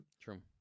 true